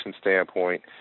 standpoint